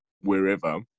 wherever